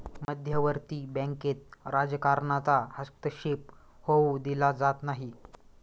मध्यवर्ती बँकेत राजकारणाचा हस्तक्षेप होऊ दिला जात नाही